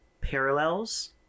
parallels